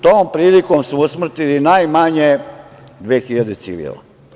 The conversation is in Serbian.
Tom prilikom su usmrtili najmanje dve hiljade civila.